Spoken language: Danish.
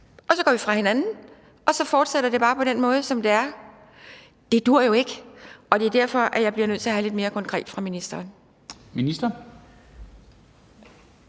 så går vi fra hinanden, og så fortsætter det bare på den måde, som det er. Det duer jo ikke. Og det er derfor, jeg bliver nødt til at have lidt mere konkret fra ministeren.